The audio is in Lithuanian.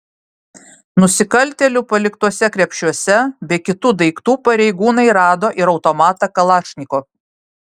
nusikaltėlių paliktuose krepšiuose be kitų daiktų pareigūnai rado ir automatą kalašnikov